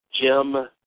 Jim